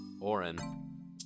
Oren